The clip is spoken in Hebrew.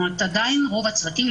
עדיין רוב הצוותים,